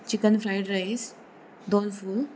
chicken fried rice दोन फूल